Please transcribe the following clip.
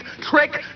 trick